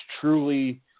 truly